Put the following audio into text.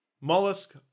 Mollusk